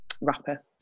rapper